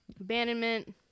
Abandonment